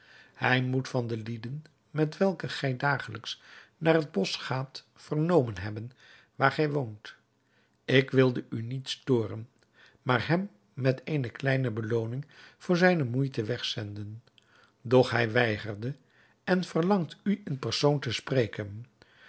hij moet van de lieden met welke gij dagelijks naar het bosch gaat vernomen hebben waar gij woont ik wilde u niet storen maar hem met eene kleine belooning voor zijne moeite weg zenden doch hij weigerde en verlangt u in persoon te spreken